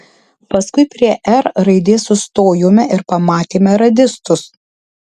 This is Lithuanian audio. paskui prie r raidės sustojome ir pamatėme radistus